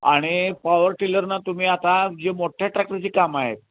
आणि power tiller ना तुम्ही आता जे मोठ्या ट्रॅक्टरचे कामं आहेत